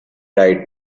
write